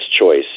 choice